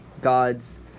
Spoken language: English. god's